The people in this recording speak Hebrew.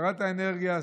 שרת האנרגיה,